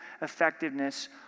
effectiveness